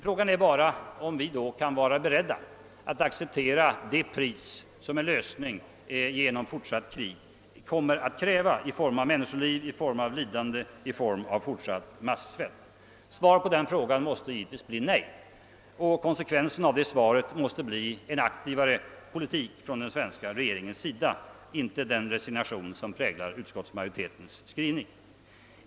Frågan är då, om vi kan vara beredda att acceptera det pris som en lösning genom fortsatt krig kommer att kräva i form av människoliv och lidande, i form av fortsatt massvält. Svaret på den frågan måste givetvis bli nej, och konsekvensen av det svaret måste bli en aktivare politik från svenska regering ens sida — inte den resignation som präglar utskottsmajoritetens skrivning.